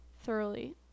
thoroughly